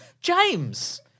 James